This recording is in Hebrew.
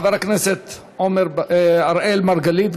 חבר הכנסת אראל מרגלית,